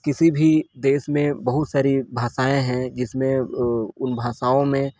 किसी भी देश में बहुत सारी भाषाएं हैं जिसमें उन भाषाओं में